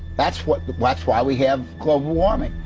that's what, that's why we have global warming.